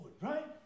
Right